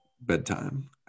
bedtime